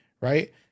right